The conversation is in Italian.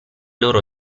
loro